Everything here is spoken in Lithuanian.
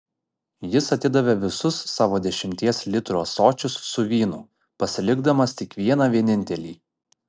jis atidavė visus savo dešimties litrų ąsočius su vynu pasilikdamas tik vieną vienintelį